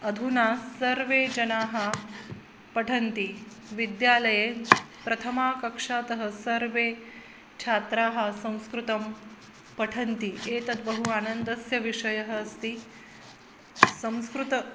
अधुना सर्वे जनाः पठन्ति विद्यालये प्रथमकक्षातः सर्वे छात्राः संस्कृतं पठन्ति एषः बहु आनन्दस्य विषयः अस्ति संस्कृतम्